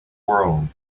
world